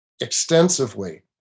extensively